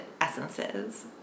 essences